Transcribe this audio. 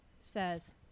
says